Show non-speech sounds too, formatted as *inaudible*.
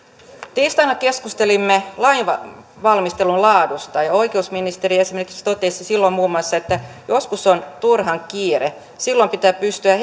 tiistaina keskustelimme lainvalmistelun laadusta ja oikeusministeri esimerkiksi totesi silloin muun muassa että joskus on turhan kiire silloin pitää pystyä *unintelligible*